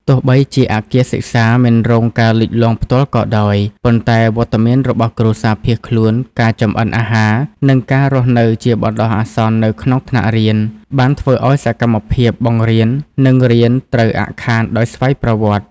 ទោះបីជាអគារសិក្សាមិនរងការលិចលង់ផ្ទាល់ក៏ដោយ ប៉ុន្តែវត្តមានរបស់គ្រួសារភៀសខ្លួន ការចម្អិនអាហារ និងការរស់នៅជាបណ្តោះអាសន្ននៅក្នុងថ្នាក់រៀន បានធ្វើឱ្យសកម្មភាពបង្រៀន និងរៀនត្រូវអាក់ខានដោយស្វ័យប្រវត្តិ។